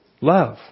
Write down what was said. love